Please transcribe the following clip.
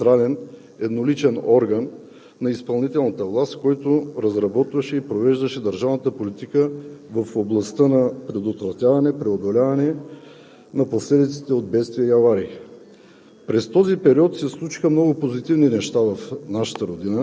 Министърът на държавната политика при бедствия и аварии беше централен едноличен орган на изпълнителната власт, който разработваше и провеждаше държавната политика в областта на предотвратяване, преодоляване на последиците от бедствия и аварии.